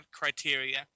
criteria